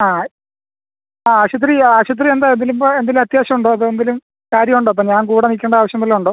ആ ആശുപത്രി ആശുപത്രി എന്താ ഇതിലിപ്പോൾ എന്തേലും അത്യാവശ്യമുണ്ടോ അതോ എന്തേലും കാര്യമുണ്ടോ ഇപ്പം ഞാൻ കൂടെ നിൽക്കേണ്ട നിൽക്കേണ്ട ആവശ്യം വല്ലതും ഉണ്ടോ